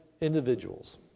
individuals